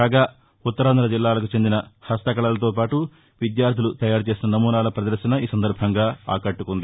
కాగాఉత్తరాంధ జిల్లాలకు చెందిన హస్త కళలతోపాటు విద్యార్లులు తయారుచేసిన నమూనాల పదర్శన ఆకట్టుకుంది